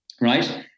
right